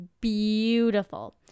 Beautiful